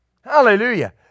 Hallelujah